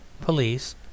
police